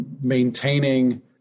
maintaining